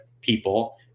people